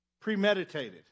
premeditated